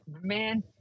man